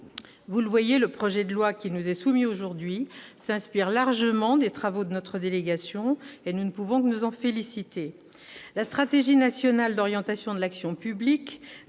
Vous le voyez, le projet de loi qui nous est soumis aujourd'hui s'inspire largement des travaux de notre délégation. Nous ne pouvons que nous en féliciter. La stratégie nationale d'orientation de l'action publique